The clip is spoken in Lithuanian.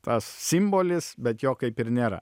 tas simbolis bet jo kaip ir nėra